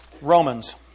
Romans